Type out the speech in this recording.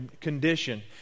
condition